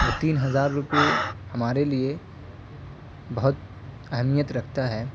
وہ تین ہزار روپئے ہمارے لیے بہت اہمیت رکھتا ہے